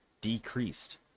decreased